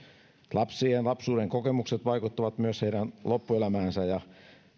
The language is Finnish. lapsien lapsuudenkokemukset vaikuttavat myös heidän loppuelämäänsä ja